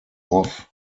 off